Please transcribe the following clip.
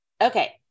Okay